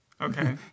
Okay